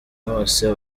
hose